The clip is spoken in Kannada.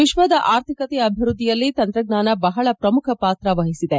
ವಿಶ್ವದ ಆರ್ಥಿಕತೆಯ ಅಭಿವೃದ್ದಿಯಲ್ಲಿ ತಂತ್ರಜ್ಞಾನ ಬಹಳ ಪ್ರಮುಖ ಪಾತ್ರ ವಹಿಸಿದೆ